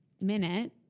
minute